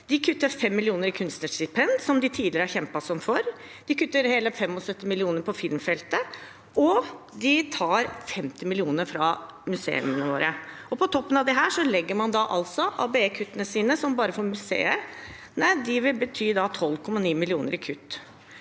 De kutter 5 mill. kr i kunstnerstipend, som de tidligere har kjempet sånn for, de kutter hele 75 mill. kr på filmfeltet, og de tar 50 mill. kr fra museene våre. På toppen av dette legger man da ABE-kuttene sine, som bare for museene vil bety 12,9 mill. kr i kutt.